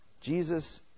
Jesus